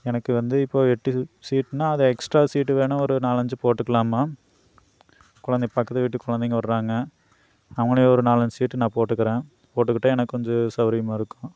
எனக்கு வந்து இப்போது எட்டு இது சீட்டுனா அதை எக்ஸ்ட்ரா சீட் வேணுணா ஒரு நாலஞ்சு போட்டுக்கலாமா குழந்தை பக்கத்து வீட்டு குழந்தைங்க வர்றாங்க அவங்களையும் ஒரு நாலஞ்சு சீட் நான் போட்டுக்கிறேன் போட்டுக்கிட்டால் எனக்கு கொஞ்சம் சௌரியமாக இருக்கும்